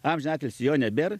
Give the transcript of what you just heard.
amžiną atilsį jo nebėr